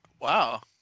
wow